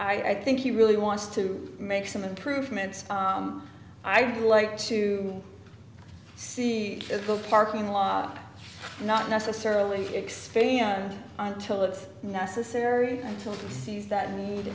so i think he really wants to make some improvements i'd like to see the parking lot not necessarily expand until it's necessary until it sees that need